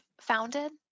founded